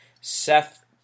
Seth